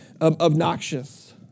obnoxious